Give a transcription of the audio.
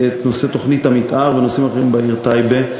תוכנית המתאר ונושאים אחרים בעיר טייבה,